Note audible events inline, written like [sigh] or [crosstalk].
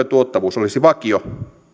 [unintelligible] tuottavuus olisi vakio